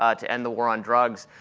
ah to end the war on drugs,